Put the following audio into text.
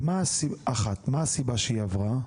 ומה הסיבה שהיא עברה?